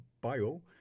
bio